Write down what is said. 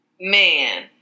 Man